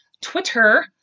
Twitter